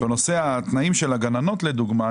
שבנושא התנאים של הגננות לדוגמה,